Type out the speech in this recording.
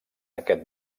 aquest